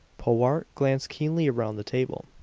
powart glanced keenly around the table.